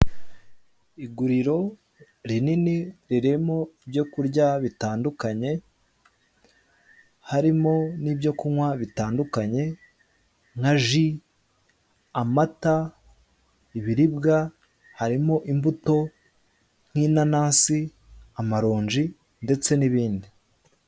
Iguriro rinini ririmo ibyo kurya bitandukanye harimo nibyo kurya bitandukanye nka ji, amata ibiribwa harimo imbuto nk'inanasi, amaronji ndetse n'ibindi.